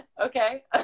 okay